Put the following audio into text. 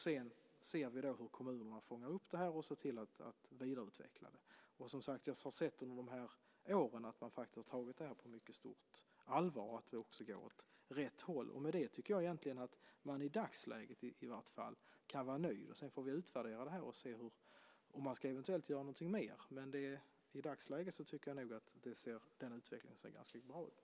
Sedan ser vi hur kommunerna fångar upp det och ser till att vidareutveckla det. Under de här åren har jag sett att man har tagit detta på stort allvar. Vi går åt rätt håll. Med det kan man vara nöjd i dagsläget, tycker jag. Vi får sedan utvärdera detta och se om man ska göra något mer. I dagsläget tycker jag att utvecklingen ser ganska bra ut.